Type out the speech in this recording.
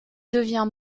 devient